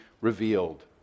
revealed